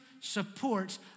supports